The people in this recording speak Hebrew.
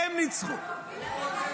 הן ניצחו.